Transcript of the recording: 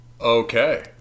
Okay